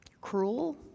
cruel